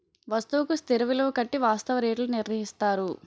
వస్తువుకు స్థిర విలువ కట్టి వాస్తవ రేట్లు నిర్ణయిస్తారు